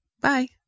bye